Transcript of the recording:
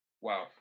Wow